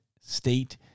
State